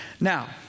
Now